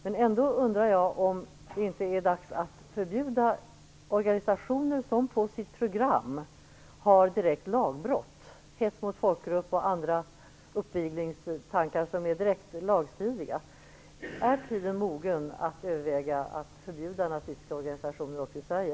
Men jag undrar ändå om det inte är dags att förbjuda organisationer som på sitt program har direkta lagbrott, t.ex. hets mot folkgrupp och andra uppviglingstankar som är direkt lagstridiga. Är tiden mogen att överväga att förbjuda nazistiska organisationer också i Sverige?